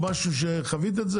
זה חוק כבד וחשוב.